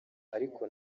ariko